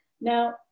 Now